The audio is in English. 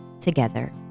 together